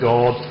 God